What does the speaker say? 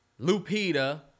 Lupita